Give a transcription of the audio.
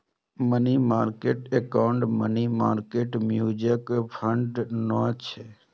money market account money market mutual fund नै छियै